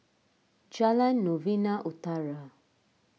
Jalan Novena Utara